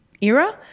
era